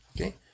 Okay